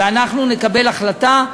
ואנחנו נקבל החלטה.